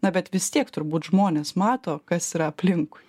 na bet vis tiek turbūt žmonės mato kas yra aplinkui